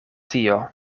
tio